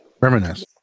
Reminisce